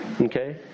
Okay